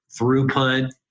throughput